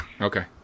okay